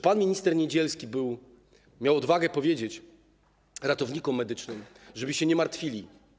Pan minister Niedzielski miał odwagę powiedzieć ratownikom medycznym, żeby się nie martwili.